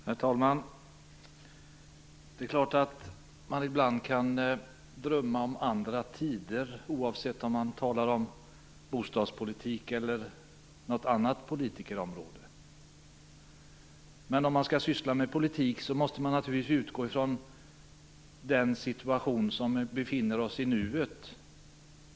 Herr talman! Det är klart att man ibland kan drömma om andra tider, oavsett om man talar om bostadspolitik eller något annat politikerområde. Men om man skall syssla med politik måste man naturligtvis utgå ifrån den situation som vi befinner oss i i nuet.